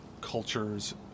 cultures